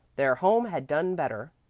their home had done better,